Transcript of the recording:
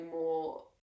more